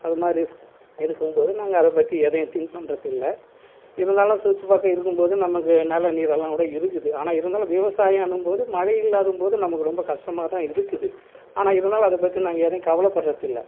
அது மாதிரி இருக்கும்போது நாங்கள் அதை பற்றி எதையும் திங்க் பண்ணுறதில்ல இருந்தாலும் சுற்றுபக்கம் இருக்கும்போது நமக்கு நிலம் நீரெல்லாம் கூட இருக்குது ஆனால் இருந்தாலும் விவசாயன்னும்போது மழை இல்லாதம்போது நமக்கு ரொம்ப கஷ்டமா தான் இருக்குது ஆனால் இருந்தாலும் அதை பற்றி நாங்கள் எதையும் கவலைப்பட்றதில்ல